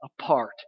apart